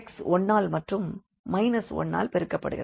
x 1 ஆல் மற்றும் 1 ஆல் பெருக்கப்படுகிறது